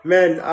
Man